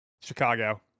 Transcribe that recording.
Chicago